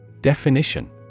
Definition